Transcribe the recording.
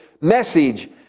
message